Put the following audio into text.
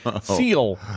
seal